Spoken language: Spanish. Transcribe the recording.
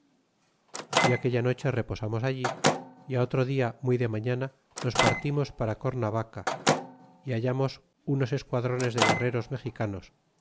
y aquella noche reposarnos allí y á otro dia muy de mañana nos partimos para cornabaea y hallamos unos esquadrones de guerreros mexicanos